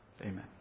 Amen